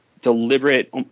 deliberate